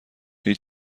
هیچ